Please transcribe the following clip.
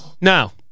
Now